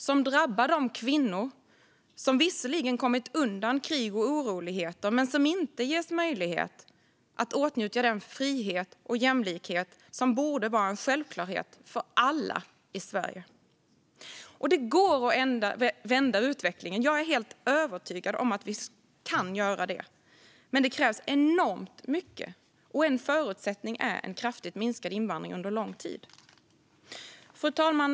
Det drabbar de kvinnor som visserligen kommit undan krig och oroligheter men som inte ges möjlighet att åtnjuta den frihet och jämlikhet som borde vara en självklarhet för alla i Sverige. Det går att vända utvecklingen. Jag är helt övertygad om att vi kan göra det. Men det krävs enormt mycket. En förutsättning är en kraftigt minskad invandring under lång tid. Fru talman!